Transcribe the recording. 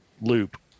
loop